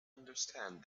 understand